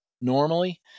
normally